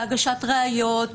בהגשת ראיות,